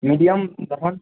medium দেখান